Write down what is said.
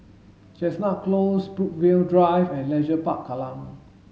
Chestnut Close Brookvale Drive and Leisure Park Kallang